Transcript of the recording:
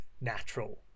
natural